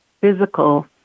physical